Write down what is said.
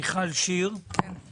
מיכל שיר, בבקשה.